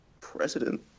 President